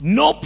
no